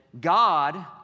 God